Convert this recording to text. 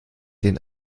den